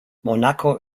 monaco